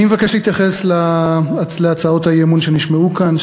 אני מבקש להתייחס להצעות האי-אמון שנשמעו כאן.